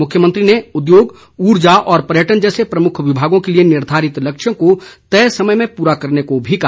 मुख्यमंत्री ने उद्योग ऊर्जा और पर्यटन जैसे प्रमुख विभागों के लिए निर्धारित लक्ष्यों को तय समय में पूरा करने को भी कहा